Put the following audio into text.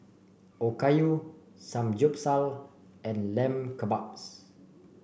Okayu Samgyeopsal and Lamb Kebabs